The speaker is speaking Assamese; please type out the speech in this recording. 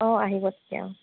অঁ আহিব তেতিয়া অঁ